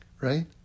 right